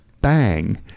bang